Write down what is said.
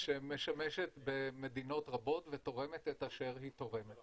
-- שמשמשת במדינות רבות ותורמת את אשר היא תורמת.